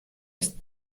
ist